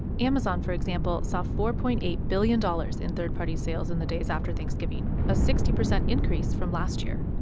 amazon, for example, saw four point eight billion dollars in third-party sales in the days after thanksgiving, a sixty percent increase from last year.